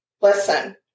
Listen